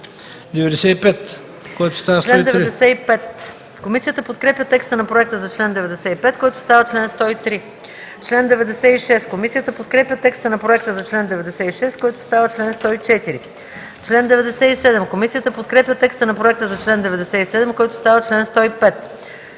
98, който става чл.